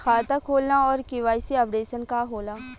खाता खोलना और के.वाइ.सी अपडेशन का होला?